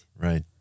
Right